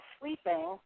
sleeping